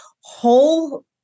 whole